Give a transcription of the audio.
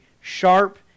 sharp